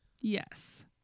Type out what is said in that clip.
Yes